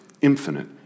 infinite